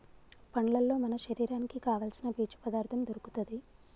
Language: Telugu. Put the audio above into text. పండ్లల్లో మన శరీరానికి కావాల్సిన పీచు పదార్ధం దొరుకుతది